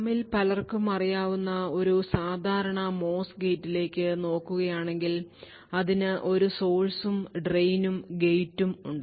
നമ്മിൽ പലർക്കും അറിയാവുന്ന ഒരു സാധാരണ MOS ഗേറ്റിലേക്ക് നോക്കുകയാണെങ്കിൽ അതിന് ഒരു sourceഉം ഡ്രെയിനും ഗേറ്റും ഉണ്ട്